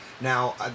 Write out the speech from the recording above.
Now